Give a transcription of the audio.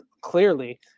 clearly